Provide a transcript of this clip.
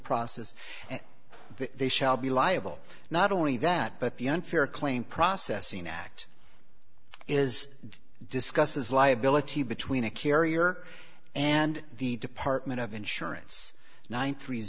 process and they shall be liable not only that but the unfair claim processing act is discusses liability between a carrier and the department of insurance nine three